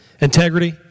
integrity